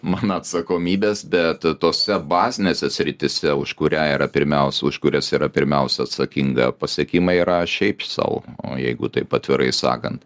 mano atsakomybės bet tose bazinėse srityse už kurią yra pirmiausia už kurias yra pirmiausia atsakinga pasiekimai yra šiaip sau o jeigu taip atvirai sakant